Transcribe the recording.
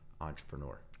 entrepreneur